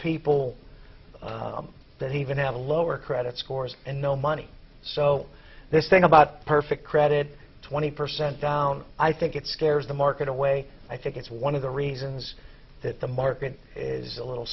people that he even have a lower credit scores and no money so this thing about perfect credit twenty percent down i think it scares the market away i think it's one of the reasons that the market is a little